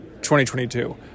2022